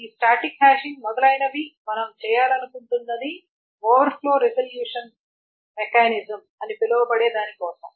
ఈ static hashing మొదలైనవి మనం చేయాలనుకుంటున్నది ఓవర్ఫ్లో రిజల్యూషన్ మెకానిజం అని పిలవబబడే దాని కోసం